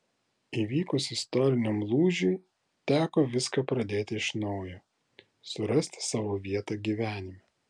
įvykus istoriniam lūžiui teko viską pradėti iš naujo surasti savo vietą gyvenime